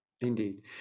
Indeed